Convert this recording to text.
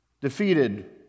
Defeated